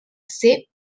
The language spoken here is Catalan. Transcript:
ser